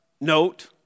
note